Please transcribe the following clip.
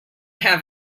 have